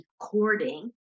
recording